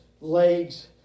legs